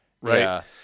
Right